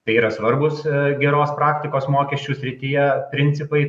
tai yra svarbūs geros praktikos mokesčių srityje principai